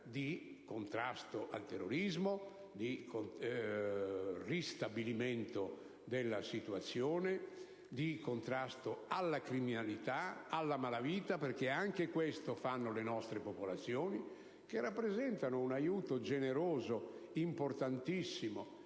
di contrasto al terrorismo, di ristabilimento della pace, di contrasto alla criminalità e alla malavita, (perché anche questo fanno le nostre forze) e che rappresentano un aiuto generoso, importantissimo